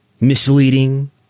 misleading